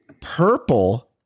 Purple